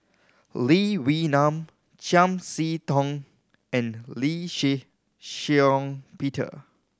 Lee Wee Nam Chiam See Tong and Lee Shih Shiong Peter